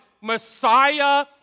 Messiah